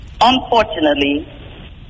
Unfortunately